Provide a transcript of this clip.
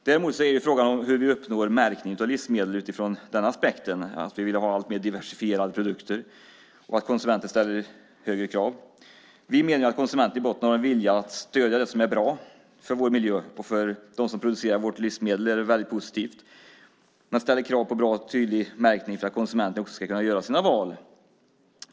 Däremot är frågan om hur vi uppnår märkning av livsmedel utifrån den aspekten - att vi vill ha alltmer diversifierade produkter och att konsumenter ställer högre krav. Vi menar att konsumenter i botten har en vilja att stödja det som är bra för vår miljö. För dem som producerar våra livsmedel är det positivt. Man ställer krav på bra och tydlig märkning för att konsumenterna ska kunna göra sina val.